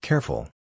Careful